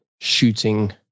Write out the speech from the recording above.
shooting